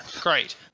Great